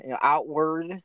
outward